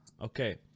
Okay